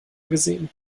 gesehen